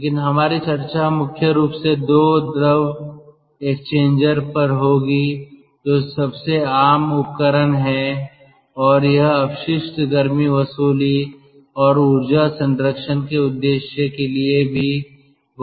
लेकिन हमारी चर्चा मुख्य रूप से 2 द्रव हीट एक्सचेंजर पर होगी जो सबसे आम उपकरण है और यह अपशिष्ट गर्मी वसूली और ऊर्जा संरक्षण के उद्देश्य के लिए भी बहुत प्रासंगिक है